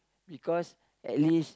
because at least